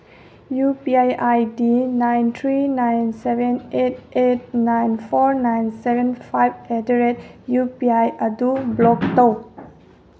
U P I I D nine three nine seven eight eight nine four nine seven five at the rate U P I ꯑꯗꯨ block ꯇꯧ